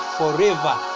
forever